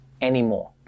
anymore